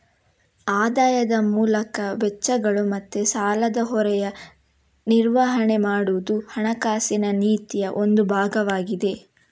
ಆದಾಯದ ಮೂಲಕ ವೆಚ್ಚಗಳು ಮತ್ತೆ ಸಾಲದ ಹೊರೆಯ ನಿರ್ವಹಣೆ ಮಾಡುದು ಹಣಕಾಸಿನ ನೀತಿಯ ಒಂದು ಭಾಗವಾಗಿದೆ